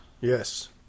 Yes